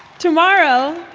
tomorrow,